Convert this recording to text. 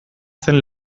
zen